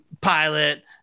pilot